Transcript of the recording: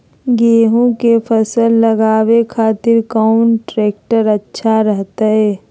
गेहूं के फसल लगावे खातिर कौन ट्रेक्टर अच्छा रहतय?